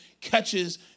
catches